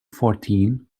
fourteen